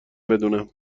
بدونم